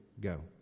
Go